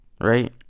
right